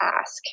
ask